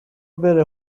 بره